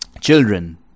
children